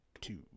two